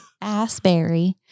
Asbury